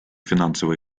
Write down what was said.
финансово